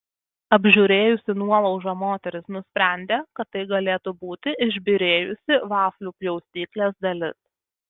apžiūrėjusi nuolaužą moteris nusprendė kad tai galėtų būti išbyrėjusi vaflių pjaustyklės dalis